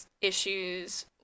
issues